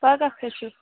پگاہ کھٔسِو